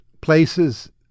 places